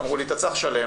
ואמרו לי: אתה צריך לשלם.